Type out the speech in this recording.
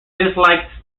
disliked